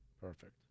perfect